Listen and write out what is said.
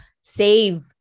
save